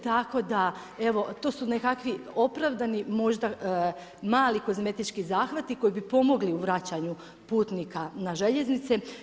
Tako da, evo to su nekakvi opravdani možda kozmetički zahvati koji bi pomogli u vračanju putnika na željeznice.